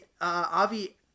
Avi